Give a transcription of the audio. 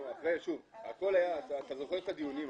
אתה זוכר את הדיונים.